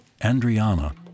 Andriana